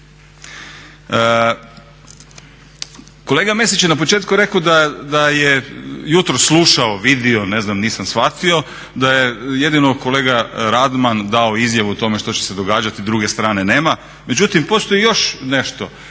Kolega Mesić je na početku rekao da je jutros slušao, vidio ne znam nisam shvatio da je jedino kolega Radman dao izjavu o tome što će se događati, druge strane nema. Međutim, postoji još nešto.